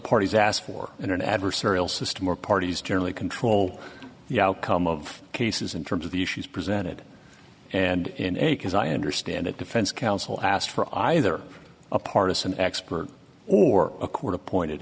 parties asked for in an adversarial system or parties generally control the outcome of cases in terms of the issues presented and as i understand it defense counsel asked for either a partisan expert or a court appointed